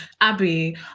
abby